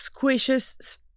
squishes